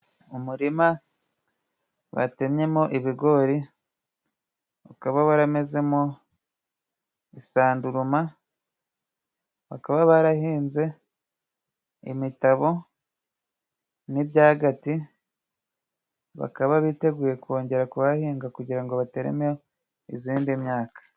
Umurima batemyemo ibigori ukaba waramezemo isanduruma. Bakaba barahinze imitabo n'ibyagati, bakaba biteguye kongera kuhahinga kugira ngo bateremo izindi myaka.